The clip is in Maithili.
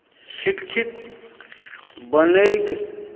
शिक्षित बनयके